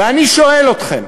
ואני שואל אתכם: